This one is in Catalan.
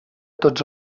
tots